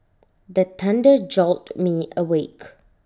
the thunder jolt me awake